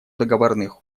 договорных